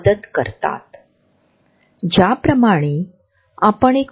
दोन लोकांच्या संवादात दोघांपैकी कोण बचावात्मक आहे आणि कोणते आक्रमक आहे